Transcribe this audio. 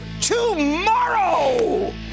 tomorrow